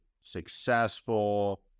successful